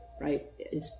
right